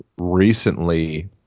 recently